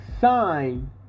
sign